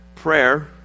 prayer